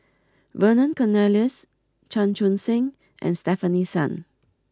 Vernon Cornelius Chan Chun Sing and Stefanie Sun